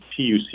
PUC